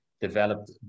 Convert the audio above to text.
developed